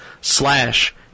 slash